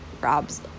Rob's